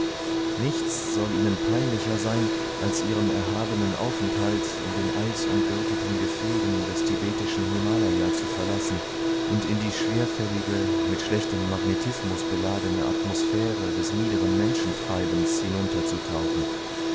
nichts soll ihnen peinlicher sein als ihren erhabenen aufenthalt in den eisumgürteten gefilden des tibetischen himalaya zu verlassen und in die schwerfällige mit schlechtem magnetismus beladene atmosphäre des niederen menschentreibens hinunterzutauchen